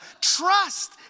trust